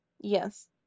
Yes